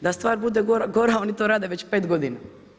Da stvar bude gora, oni to rade već pet godina.